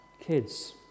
kids